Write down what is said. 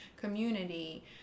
community